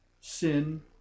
sin